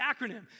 acronym